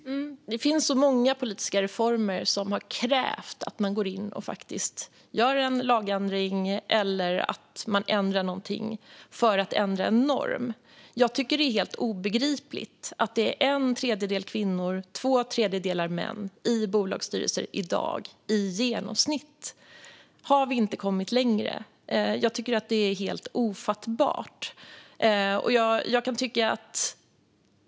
Herr talman! Det finns många politiska reformer som har krävt att man går in och faktiskt gör en lagändring eller annat för att ändra en norm. Jag tycker att det är helt obegripligt att det i genomsnitt i dag är en tredjedel kvinnor och två tredjedelar män i bolagsstyrelser. Har vi inte kommit längre? Jag tycker att det är helt ofattbart.